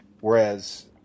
Whereas